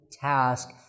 task